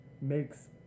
makes